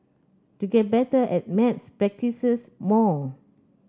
to get better at maths practises more